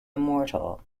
immortal